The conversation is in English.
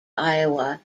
iowa